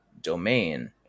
domain